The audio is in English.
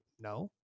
no